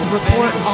report